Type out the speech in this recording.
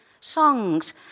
songs